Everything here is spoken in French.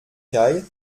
cail